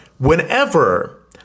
Whenever